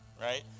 right